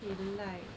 you lie